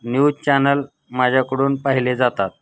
news channel माझ्याकडून पाहिले जातात